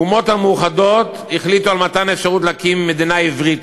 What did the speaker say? האומות המאוחדות החליטו על מתן אפשרות להקים מדינה עברית.